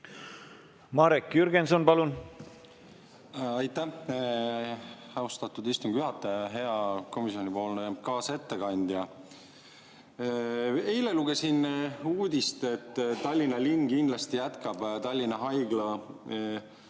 Marek Jürgenson, palun! Aitäh, austatud istungi juhataja! Hea komisjoni kaasettekandja! Eile lugesin uudist, et Tallinna linn kindlasti jätkab Tallinna Haigla